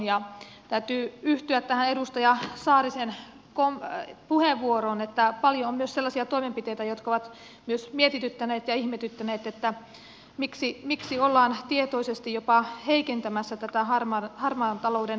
täytyy yhtyä tähän edustaja saarisen puheenvuoroon että paljon on myös sellaisia toimenpiteitä jotka ovat myös mietityttäneet ja ihmetyttäneet miksi ollaan tietoisesti jopa heikentämässä tätä harmaan talouden torjuntaa